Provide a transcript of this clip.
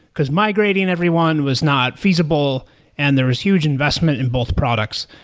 because migrating everyone was not feasible and there is huge investment in both products.